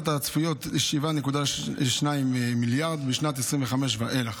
הצפויות, 7.2 מיליארד משנת 2025 ואילך.